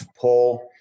pull